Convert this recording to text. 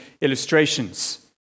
illustrations